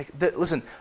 Listen